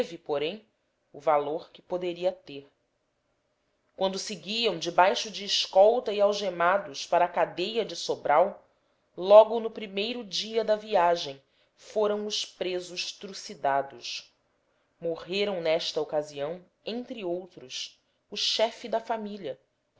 porém o valor que poderia ter quando seguiam debaixo de escolta e algemados para a cadeia de sobral logo no primeiro dia da viagem foram os presos trucidados morreram nesta ocasião entre outros o chefe da família